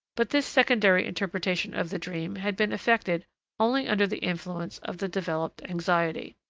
but this secondary interpretation of the dream had been effected only under the influence of the developed anxiety.